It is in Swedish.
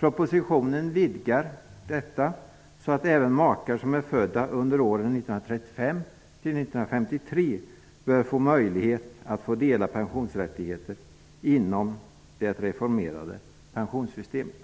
Propositionen vidgar detta så att även makar som är födda under åren 1935--1953 bör få möjlighet att dela pensionsrättigheter inom det reformerade pensionssystemet.